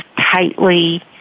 tightly